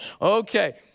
Okay